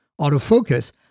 autofocus